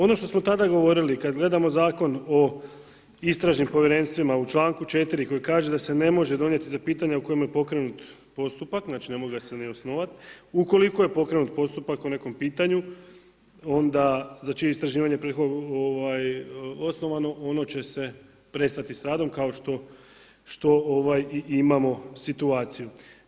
Ono što smo tada govorili, kad gledamo Zakon o istražnim povjerenstvima u članku 4. koji kaže da se ne može donijeti za pitanja u kojemu je pokrenut postupak, znači ne mogu ga se ni osnovat, ukoliko je pokrenut postupak o nekom pitanju, onda za čije istraživanje osnovano, ono će se prestati s radom, kao što i imamo situaciju.